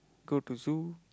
go to zoo